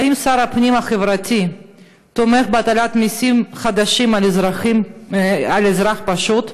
האם שר הפנים החברתי תומך בהטלת מסים חדשים על האזרח הפשוט?